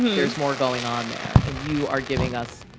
there's more going on there. and you are giving us.